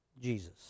Jesus